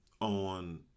on